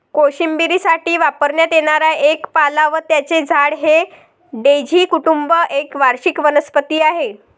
कोशिंबिरीसाठी वापरण्यात येणारा एक पाला व त्याचे झाड हे डेझी कुटुंब एक वार्षिक वनस्पती आहे